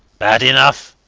bad enough.